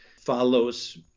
follows